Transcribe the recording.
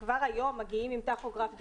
כבר היום מגיעים עם טכוגרף דיגיטלי,